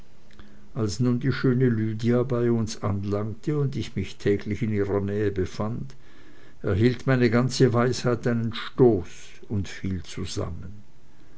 als nun die schöne lydia bei uns anlangte und ich mich täglich in ihrer nähe befand erhielt meine ganze weisheit einen stoß und fiel zusammen